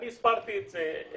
אני הסברתי את זה.